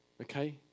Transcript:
Okay